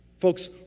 Folks